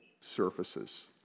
surfaces